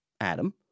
Adam